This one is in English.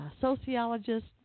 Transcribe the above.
sociologist